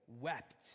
wept